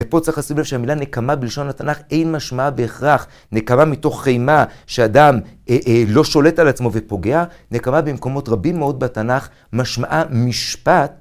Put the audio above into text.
ופה צריך לשים לב שהמילה נקמה בלשון התנ״ך אין משמעה בהכרח נקמה מתוך חימה שאדם לא שולט על עצמו ופוגע, נקמה במקומות רבים מאוד בתנ״ך משמעה משפט